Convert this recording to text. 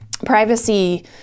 Privacy